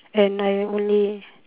and I only